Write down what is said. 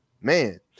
man